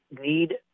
need